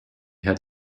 had